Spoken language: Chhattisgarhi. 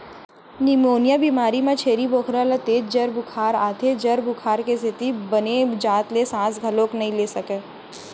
निमोनिया बेमारी म छेरी बोकरा ल तेज जर बुखार आथे, जर बुखार के सेती बने जात ले सांस घलोक नइ ले सकय